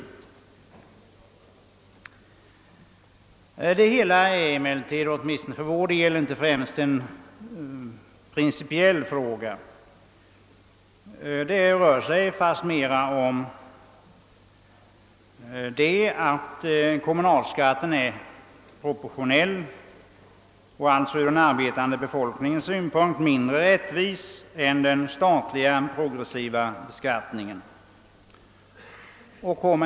Åtminstone för vår del är detta inte någon principiell fråga. Kommunalskatten är proportionell och ur den arbetande befolkningens synpunkt mindre rättvis än den statliga progressiva beskattningen.